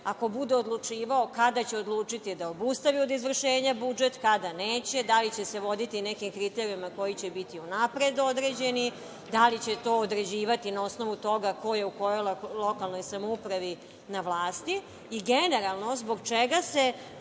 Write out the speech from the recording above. ako bude odlučivao kada će odlučiti da obustavi od izvršenja budžet, kada neće, da li će se voditi nekim kriterijumima koji će biti unapred određeni? Da li će to određivati na osnovu toga ko je u kojoj lokalnoj samoupravi na vlasti, i generalno zbog čega se